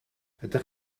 ydych